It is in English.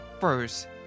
first